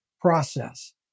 process